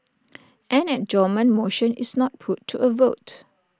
an adjournment motion is not put to A vote